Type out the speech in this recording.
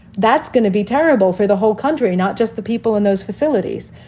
that's going to be terrible for the whole country, not just the people in those facilities.